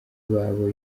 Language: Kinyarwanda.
babo